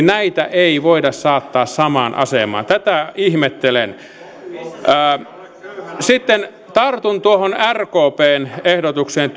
näitä itsensätyöllistäjiä ei voida saattaa samaan asemaan tätä ihmettelen sitten tartun tuohon rkpn ehdotukseen